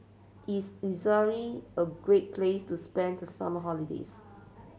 is Israel a great place to spend the summer holidays